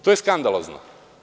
To je skandalozno.